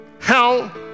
hell